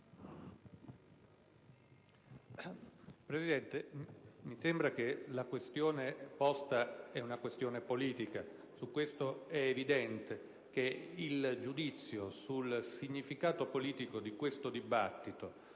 Presidente, mi sembra che la questione posta sia politica. È dunque evidente che il giudizio sul significato politico di questo dibattito